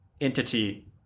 entity